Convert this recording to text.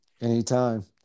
Anytime